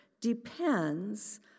depends